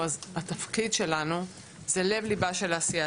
התפקיד שלנו הוא לב ליבה של העשייה.